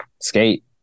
skate